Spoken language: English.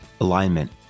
Alignment